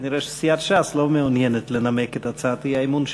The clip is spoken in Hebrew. כנראה סיעת ש"ס לא מעוניינת לנמק את הצעת האי-אמון שלה.